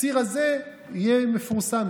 הציר הזה יהיה מפורסם,